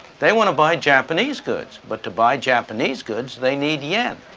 they want to buy japanese goods. but to buy japanese goods, they need yen.